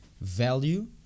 value